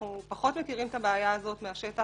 אנחנו פחות מכירים את הבעיה הזאת מהשטח,